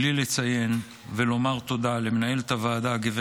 בלי לציין ולומר תודה למנהלת הוועדה הגב'